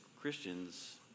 Christians